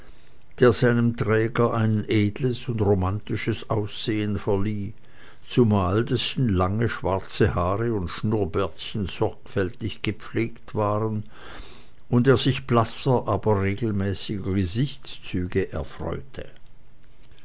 der seinem träger ein edles und romantisches aussehen verlieh zumal dessen lange schwarze haare und schnurrbärtchen sorgfältig gepflegt waren und er sich blasser aber regelmäßiger gesichtszüge erfreute